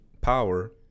Power